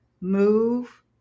move